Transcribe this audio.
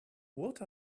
what